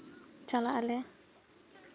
ᱪᱟᱞᱟᱜ ᱟᱞᱮ